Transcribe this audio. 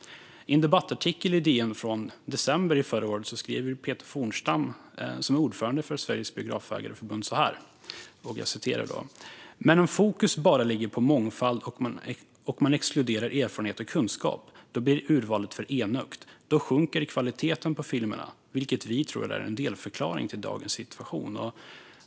I en debattartikel i DN från december 2019 skriver Peter Fornstam, ordförande i Sveriges Biografägareförbund följande: "Men om fokus bara ligger på mångfald, och man exkluderar erfarenhet och kunskap, blir urvalet för enögt. Då sjunker kvaliteten på filmerna, vilket vi tror är en delförklaring till dagens situation."